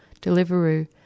Deliveroo